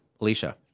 Alicia